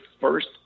first